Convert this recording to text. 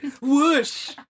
Whoosh